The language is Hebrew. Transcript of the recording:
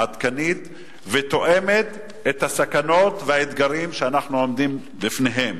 עדכנית ותואמת את הסכנות והאתגרים שאנחנו עומדים בפניהם.